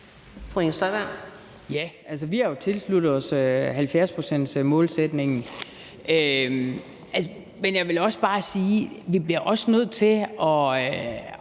Inger Støjberg (DD): Ja, vi har jo altså tilsluttet os 70-procentsmålsætningen. Men jeg vil også bare sige, at vi også bliver nødt til at